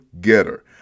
getter